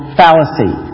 fallacy